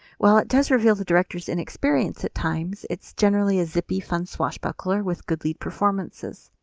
while it does reveal the director's inexperience at times, it is generally a zippy, fun swashbuckler with good lead performances.